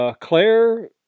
Claire